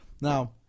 Now